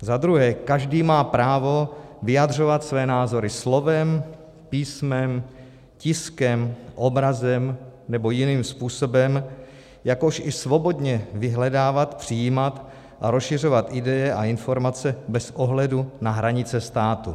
Za druhé, každý má právo vyjadřovat své názory slovem, písmem, tiskem, obrazem nebo jiným způsobem, jakož i svobodně vyhledávat, přijímat a rozšiřovat ideje a informace bez ohledu na hranice státu.